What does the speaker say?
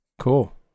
Cool